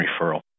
referral